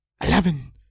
eleven